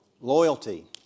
Loyalty